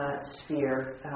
sphere